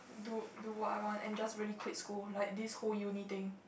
do do what I want and just really quit school like this whole uni thing